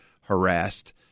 harassed